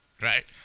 Right